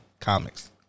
Comics